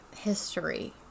history